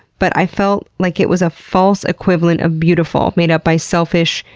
but i felt like it was a false equivalent of beautiful made up by selfish,